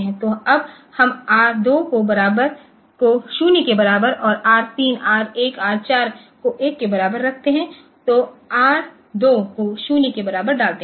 तो अब हम आर 2 को 0 के बराबर और आर 3 आर 1 आर 4 को 1 के बराबर रखते हैं तो आर 2 को 0 के बराबर डालते हैं